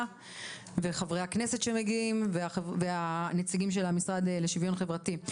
וחברי הכנסת שמגיעים והנציגים של המשרד לשוויון חברתי.